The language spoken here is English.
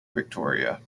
victoria